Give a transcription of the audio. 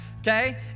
Okay